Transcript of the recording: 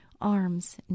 arms